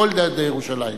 כל ילדי ירושלים,